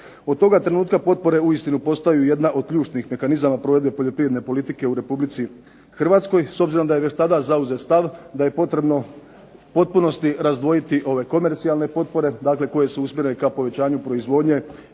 Od toga trenutka potpore uistinu postaju jedna od ključnih mehanizama poljoprivredne politike u Republici Hrvatskoj, s obzirom da je već tada zauzet stav da je potrebno u potpunosti razdvojiti ove komercijalne potpore, znači ove koje su namijenjene povećanju proizvodnje